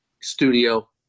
studio